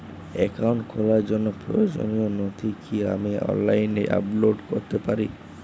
Account খোলার জন্য প্রয়োজনীয় নথি কি আমি অনলাইনে আপলোড করতে পারি?